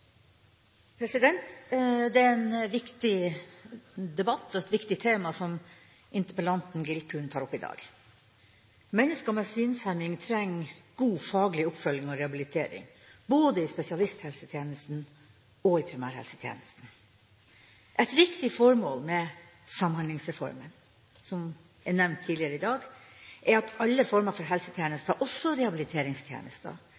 Det er en viktig debatt og et viktig tema som interpellanten Giltun tar opp i dag. Mennesker med synshemning trenger god faglig oppfølging og rehabilitering både i spesialisthelsetjenesten og i primærhelsetjenesten. Et viktig formål med Samhandlingsreformen, som er nevnt tidligere i dag, er at alle former for